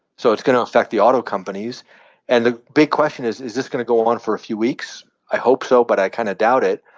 so it's going to affect the auto companies and the big question is, is this going to go on for a few weeks? i hope so, but i kind of doubt it.